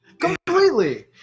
Completely